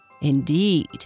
Indeed